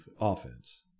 offense